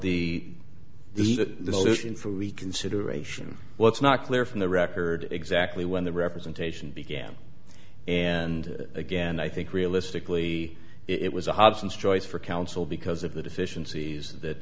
reconsideration what's not clear from the record exactly when the representation began and again i think realistically it was a hobson's choice for council because of the deficiencies that